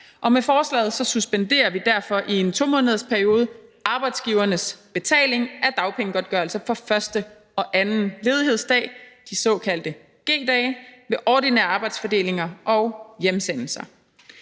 og med forslaget suspenderer vi derfor i en 2-månedersperiode arbejdsgivernes betaling af dagpengegodtgørelse for første og anden ledighedsdag, de såkaldte G-dage, ved ordinære arbejdsfordelinger og hjemsendelser.